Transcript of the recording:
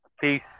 Peace